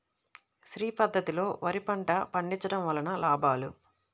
శ్రీ పద్ధతిలో వరి పంట పండించడం వలన లాభాలు?